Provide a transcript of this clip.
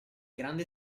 grande